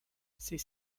ces